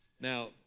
Now